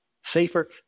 safer